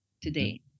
today